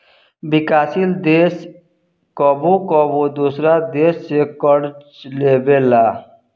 विकासशील देश कबो कबो दोसरा देश से कर्ज लेबेला